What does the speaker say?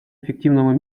эффективного